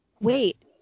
Wait